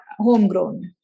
homegrown